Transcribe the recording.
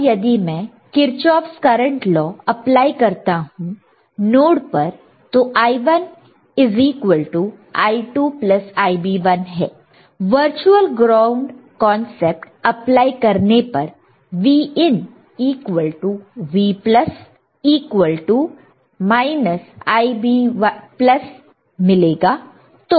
अब यदि मैं Kirchhoff's current law Kirchoff's current law apply करता हूं नोड पर तो I1 I2 Ib1 है वर्चुअल ग्राउंड कॉन्सेप्ट अप्लाई करने पर Vin V Ib मिलेगा